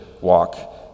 walk